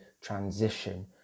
transition